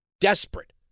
desperate